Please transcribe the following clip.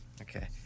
Okay